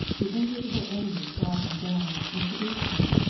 the invisible enemy trod me down, and seduced me,